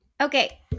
Okay